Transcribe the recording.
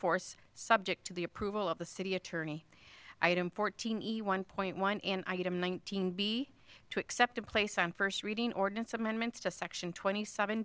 force subject to the approval of the city attorney item fourteen one point one and item nineteen b to accept a place on first reading ordinance amendments to section twenty seven